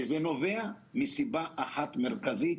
זה נובע מסיבה אחת מרכזית,